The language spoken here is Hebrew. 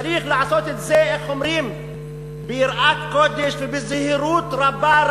צריך לעשות את זה ביראת קודש ובזהירות רבה,